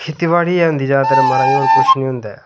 खेतीबाड़ी गै होंदी होर महाराज किश नीं होंदा ऐ